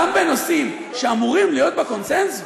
גם בנושאים שאמורים להיות בקונסנזוס,